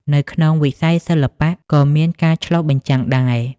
នៅក្នុងវិស័យសិល្បៈក៏មានការឆ្លុះបញ្ចាំងដែរ។